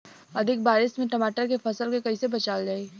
अधिक बारिश से टमाटर के फसल के कइसे बचावल जाई?